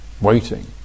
waiting